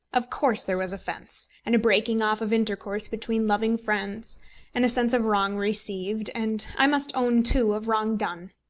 of course there was offence and a breaking off of intercourse between loving friends and a sense of wrong received, and i must own, too, of wrong done.